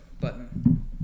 button